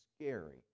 scary